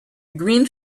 green